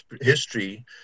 history